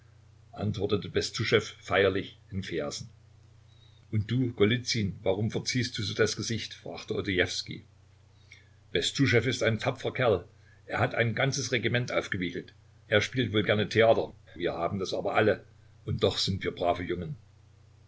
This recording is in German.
antwortete bestuschew feierlich in versen und du golizyn warum verziehst du so das gesicht fragte odojewskij bestuschew ist ein tapferer kerl er hat ein ganzes regiment aufgewiegelt er spielt wohl gerne theater wir haben das aber alle und doch sind wir brave jungen